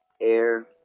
air